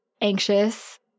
anxious